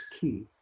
key